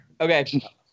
Okay